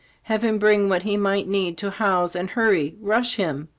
have him bring what he might need to howe's, and hurry. rush him!